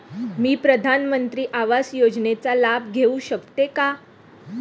मी प्रधानमंत्री आवास योजनेचा लाभ घेऊ शकते का?